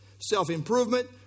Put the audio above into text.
self-improvement